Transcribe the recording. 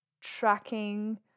tracking